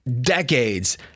decades